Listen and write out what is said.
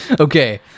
Okay